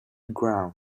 ground